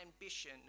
ambition